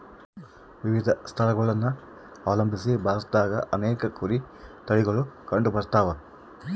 ವಿವಿಧ ಸ್ಥಳಗುಳನ ಅವಲಂಬಿಸಿ ಭಾರತದಾಗ ಅನೇಕ ಕುರಿ ತಳಿಗುಳು ಕಂಡುಬರತವ